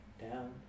down